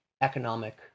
economic